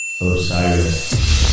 Osiris